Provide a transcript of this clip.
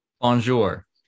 Bonjour